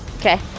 okay